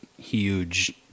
huge